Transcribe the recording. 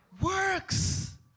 Works